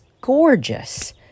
gorgeous